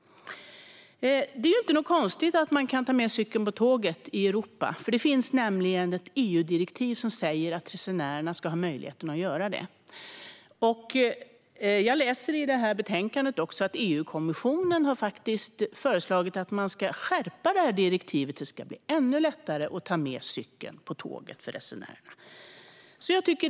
Det är inte konstigt att ta med cykeln på tåget i Europa. Det finns nämligen ett EU-direktiv som säger att resenärerna ska ha möjlighet att göra så. Av betänkandet framgår att EU-kommissionen har föreslagit att direktivet ska skärpas. Det ska bli ännu lättare för resenärerna att ta med cykeln på tåget.